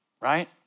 Right